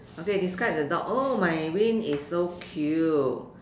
okay describe the dog oh my Wayne is so cute